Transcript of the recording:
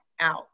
out